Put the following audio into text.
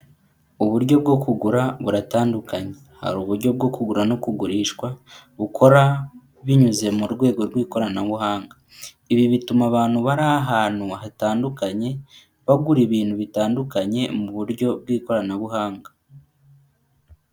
Uburyo bwo kugura buratandukanye, hari uburyo bwo kugura no kugurishwa bukora binyuze mu rwego rw'ikoranabuhanga, ibi bituma abantu bari ahantu hatandukanye bagura ibintu bitandukanye mu buryo bw'ikoranabuhanga.